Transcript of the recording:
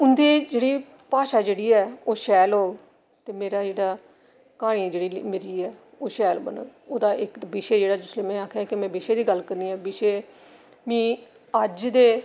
उं'दी जेह्ड़ी भाशा जेह्ड़ी ऐ ओह् शैल होग ते मेरा जेह्ड़ा क्हानी जेह्ड़ी मेरी ऐ ओह् शैल बनग ओह्दा इक ते विशे जेह्ड़ा तुसें ई में आखेआ में विशे दी गल्ल करनी आं विशे मी अज्ज दे